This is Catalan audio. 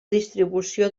distribució